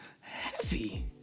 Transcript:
heavy